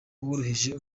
woroheje